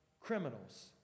criminals